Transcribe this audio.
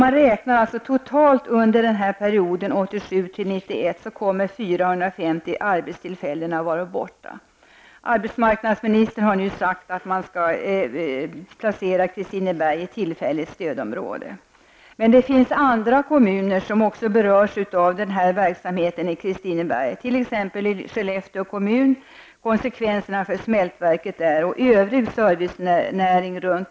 Under perioden 1987--1991 räknar man med att 450 arbetstillfällen kommer att försvinna. Arbetsmarknadsministern har nu sagt att regeringen skall placera Kristineberg i tillfälligt stödområde. Men det finns andra kommuner som också berörs av verksamheten i Kristineberg, t.ex. Skellefteå där det blir konsekvenser för smältverket och servicenäringen.